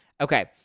Okay